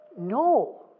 No